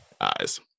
eyes